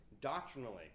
doctrinally